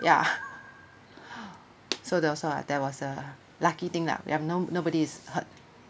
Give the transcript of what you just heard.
ya so there was uh there was a lucky thing lah we have no nobody is hurt